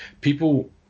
People